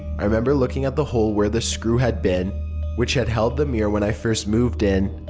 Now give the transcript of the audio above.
i remember looking at the hole where the screw had been which had held the mirror when i first moved in.